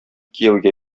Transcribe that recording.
кияүгә